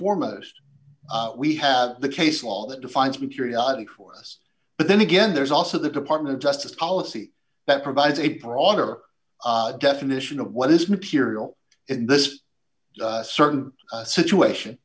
foremost we have the case law that defines material for us but then again there's also the department of justice policy that provides a peron or definition of what is material in this certain situation